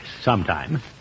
sometime